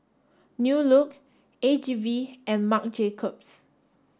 New Look A G V and Marc Jacobs